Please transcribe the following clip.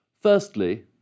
firstly